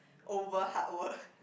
over hard work